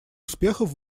успехов